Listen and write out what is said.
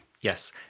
Yes